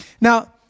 Now